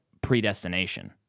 predestination